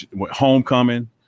homecoming